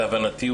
להבנתי,